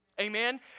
Amen